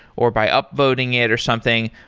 or by uploading it or something,